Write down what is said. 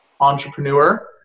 entrepreneur